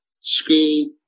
School